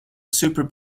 super